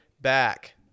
back